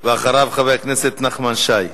ואחריו, חבר הכנסת נחמן שי.